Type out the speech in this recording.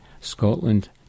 Scotland